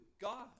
God